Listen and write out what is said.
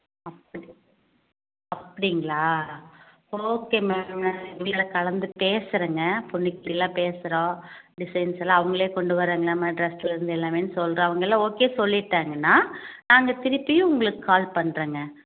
அப்படி அப்படிங்களா okay madam நாங்கள் வீட்டில் கலந்து பேசுகிறேங்க பொண்ணுக்கிட்டெயெல்லாம் பேசுகிறோம் டிசைன்ஸ்ஸெல்லாம் அவங்களே கொண்டு வர்றாங்களா மெட்ராஸிலேருந்து எல்லாமே சொல்கிறேன் அவங்களும் ஓகே சொல்லிட்டாங்கன்னால் நாங்கள் திருப்பியும் உங்களுக்கு கால் பண்ணுறேங்க